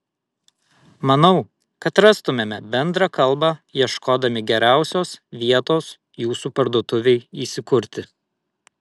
manau kad rastumėme bendrą kalbą ieškodami geriausios vietos jūsų parduotuvei įsikurti